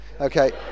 Okay